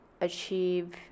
achieve